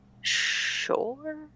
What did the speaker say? Sure